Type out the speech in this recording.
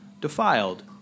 defiled